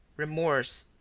remorse,